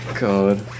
God